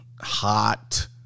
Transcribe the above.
Hot